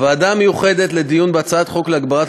הוועדה המיוחדת לדיון בהצעת חוק להגברת